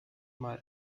mal